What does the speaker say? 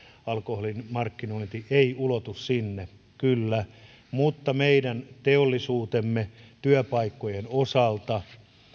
alkoholin markkinointi ei ulotu sinne mutta meidän teollisuutemme työpaikkojen osalta